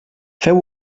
feu